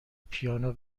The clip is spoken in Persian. پیانو